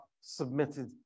submitted